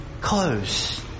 close